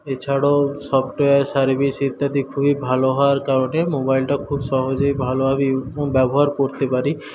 এছাড়াও software service ইত্যাদি খুবই ভালো হওয়ার কারণে মোবাইলটা খুব সহজেই ভালোভাবে ব্যবহার করতে পারি